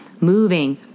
Moving